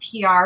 PR